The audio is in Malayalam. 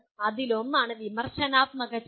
അതിലൊന്നാണ് വിമർശനാത്മക ചിന്ത